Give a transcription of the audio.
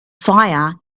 fire